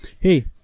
hey